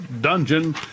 dungeon